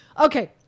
Okay